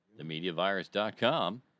themediavirus.com